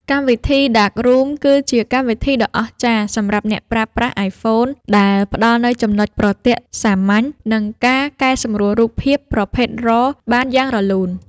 កម្មវិធី ដាករូម គឺជាកម្មវិធីដ៏អស្ចារ្យសម្រាប់អ្នកប្រើប្រាស់ អាយហ្វូន ដែលផ្តល់នូវចំណុចប្រទាក់សាមញ្ញ និងការកែសម្រួលរូបភាព ប្រភេទរ៉រ បានយ៉ាងរលូន។